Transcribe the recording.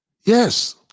Yes